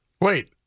Wait